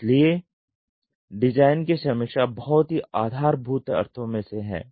इसलिए डिजाइन की समीक्षा बहुत ही आधारभूत अर्थों में से है